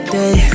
day